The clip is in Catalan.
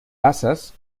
basses